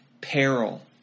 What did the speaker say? peril